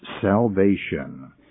salvation